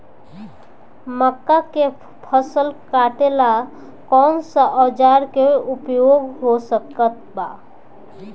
मक्का के फसल कटेला कौन सा औजार के उपयोग हो सकत बा?